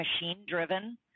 machine-driven